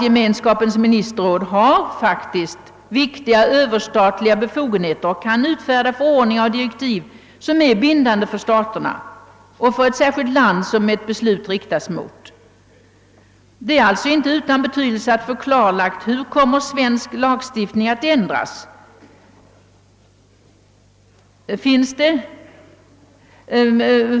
Gemenskapens ministerråd har ju ändå viktiga överstatliga befogenheter och kan utfärda förordningar och ge direktiv som är bindande för staterna och för det särskilda land som ett beslut kommer att riktas mot. Därför är det inte utan betydelse att få klarlagt hur svensk lagstiftning kan komma att ändras.